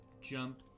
jump